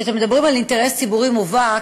כשאתם מדברים על אינטרס ציבורי מובהק,